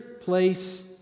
place